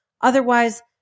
Otherwise